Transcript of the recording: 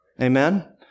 Amen